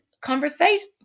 conversation